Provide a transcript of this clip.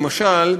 למשל,